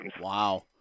Wow